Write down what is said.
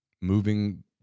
moving